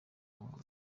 umwuga